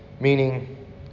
Meaning